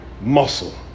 muscle